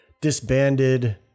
disbanded